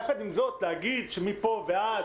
יחד עם זאת, מפה ועד